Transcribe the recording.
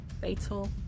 Fatal